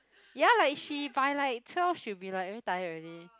ya like she by like twelve she will be like very tired already